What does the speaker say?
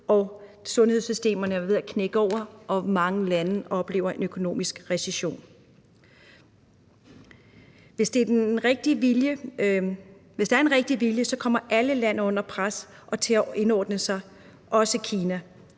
og sundhedssystemerne er ved at knække sammen, og mange lande oplever en økonomisk recession. Hvis der er en rigtig vilje, kommer alle lande under pres og til at indordne sig, også Kina,